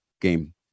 game